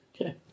Okay